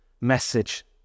message